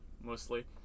mostly